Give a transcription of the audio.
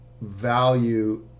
value